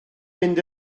mynd